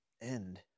end